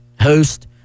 host